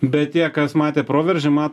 bet tie kas matė proveržį mato